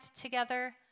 together